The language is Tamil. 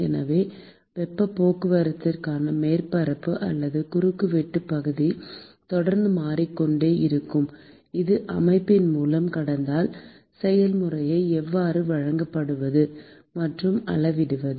எனவே வெப்பப் போக்குவரத்திற்கான மேற்பரப்பு அல்லது குறுக்குவெட்டுப் பகுதி தொடர்ந்து மாறிக்கொண்டே இருக்கும் ஒரு அமைப்பின் மூலம் கடத்தல் செயல்முறையை எவ்வாறு வகைப்படுத்துவது மற்றும் அளவிடுவது